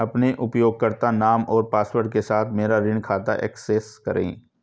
अपने उपयोगकर्ता नाम और पासवर्ड के साथ मेरा ऋण खाता एक्सेस करें